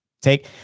take